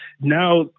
now